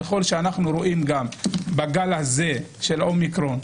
ככל שאנחנו רואים גם בגל הזה של אומיקרון.